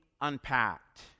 unpacked